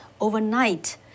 overnight